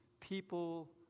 people